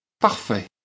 Parfait